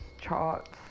charts